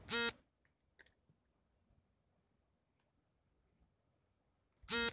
ಸಾಲದ ಅರ್ಜಿ ನಮೂನೆ ಪಡೆಯಲು ಬ್ಯಾಂಕಿಗೆ ಏನಾದರೂ ಶುಲ್ಕ ಪಾವತಿಸಬೇಕೇ?